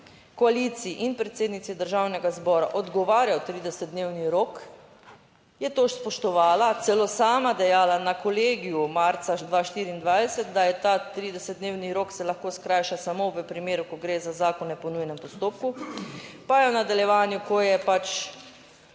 koaliciji in predsednici Državnega zbora odgovarjal 30-dnevni rok je to spoštovala, celo sama dejala na kolegiju marca 2024, da ta 30 dnevni rok se lahko skrajša samo v primeru, ko gre za zakone po nujnem postopku. Pa je v nadaljevanju, ko je pač